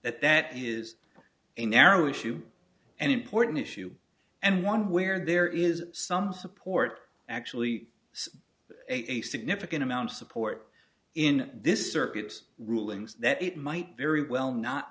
that that is a narrow issue an important issue and one where there is some support actually a significant amount of support in this circuits rulings that it might very well not